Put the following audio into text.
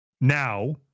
Now